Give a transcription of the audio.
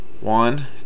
One